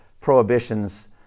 prohibitions